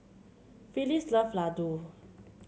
Phyllis love laddu